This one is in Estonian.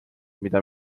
mida